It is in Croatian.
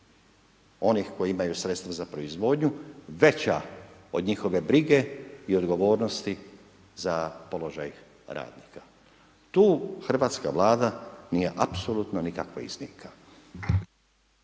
onih koji imaju sredstvo za proizvodnju veća od njihove brige i odgovornosti za položaj radnika. Tu hrvatska Vlada nije apsolutno nikakva iznimka.